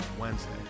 Wednesday